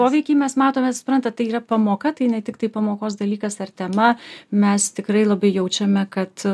poveikį mes matome suprantat tai yra pamoka tai ne tiktai pamokos dalykas ar tema mes tikrai labai jaučiame kad